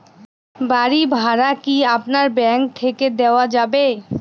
বাড়ী ভাড়া কি আপনার ব্যাঙ্ক থেকে দেওয়া যাবে?